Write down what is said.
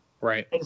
Right